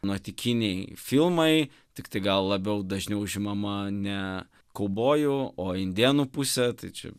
nuotykiniai filmai tiktai gal labiau dažniau užimama ne kaubojų o indėnų pusę tai čia